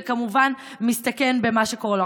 וכמובן מסתכן במה שקורה לו.